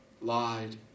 lied